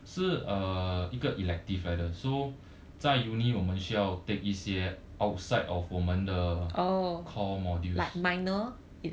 是 err 一个 elective 来的 so 在 uni~ 我们需要 take 一些 outside of 我们的 core modules